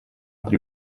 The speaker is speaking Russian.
при